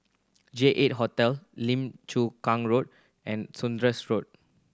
J Eight Hotel Lim Chu Kang Road and Saunders Road